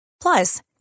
Plus